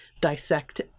dissect